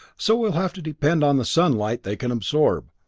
so we'll have to depend on the sunlight they can absorb.